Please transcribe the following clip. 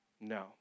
No